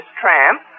tramp